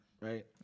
right